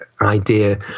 idea